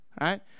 Right